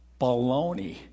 Baloney